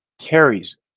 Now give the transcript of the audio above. carries